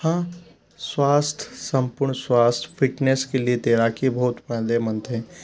हाँ स्वास्थ्य सम्पूर्ण स्वास्थ्य फ़िटनेस के लिए तैराकी बहुत फ़ायदेमंद है